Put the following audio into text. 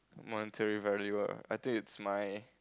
monetary value ah I think it's my